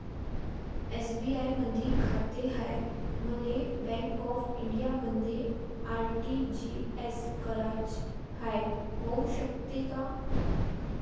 SBI मधी खाते हाय, मले बँक ऑफ इंडियामध्ये आर.टी.जी.एस कराच हाय, होऊ शकते का?